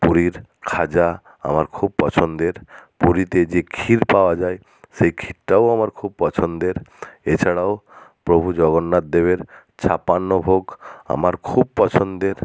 পুরীর খাজা আমার খুব পছন্দের পুরীতে যে ক্ষীর পাওয়া যায় সেই ক্ষীরটাও আমার খুব পছন্দের এছাড়াও প্রভু জগন্নাথ দেবের ছাপান্ন ভোগ আমার খুব পছন্দের